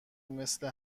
مثل